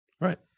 Right